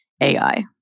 AI